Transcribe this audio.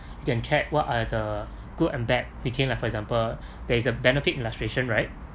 you can check what are the good and bad between like for example there is a benefit illustration right